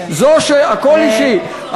הכול אישי.